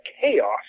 chaos